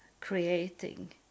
creating